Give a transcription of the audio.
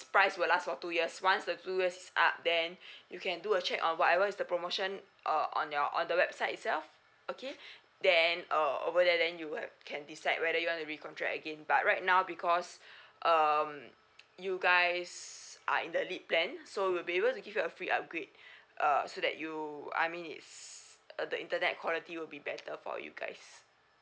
price will last for two years once the two years is up then you can do a check on whatever is the promotion uh on your on the website itself okay then uh over there then you will can decide whether you want to recontract again but right now because um you guys are in the lit plan so we'll be able to give you a free upgrade err so that you I mean it's uh the internet quality will be better for you guys